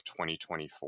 2024